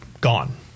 gone